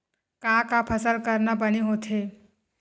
का का फसल करना बने होथे?